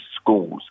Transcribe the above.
schools